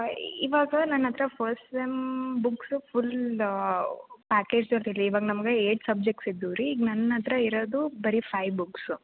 ಇವಾಗ ನನ್ನ ಹತ್ತಿರ first sem books full package ಜೊತೇಲ್ಲಿ ಇವಾಗ ನಮ್ಗೆ ಏಯ್ಟ್ ಸಬ್ಜೆಕ್ಟ್ಸ್ ಇದ್ವು ರೀ ಈಗ ನನ್ನ ಹತ್ತಿರ ಇರೋದು ಬರೀ ಫೈಯ್ ಬುಕ್ಸು